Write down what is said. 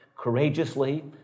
courageously